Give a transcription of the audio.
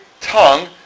tongue